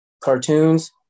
cartoons